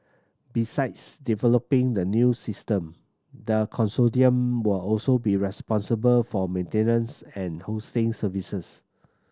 besides developing the new system the consortium will also be responsible for maintenance and hosting services